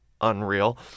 unreal